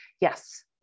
yes